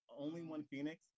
onlyonePhoenix